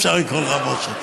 אפשר לקרוא לך משה.